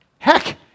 Heck